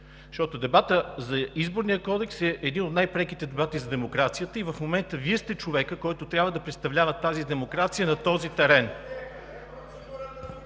Защото дебатът за Изборния кодек е един от най-преките дебати за демокрацията и в момента Вие сте човекът, който трябва да представлява тази демокрация на този терен.